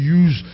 use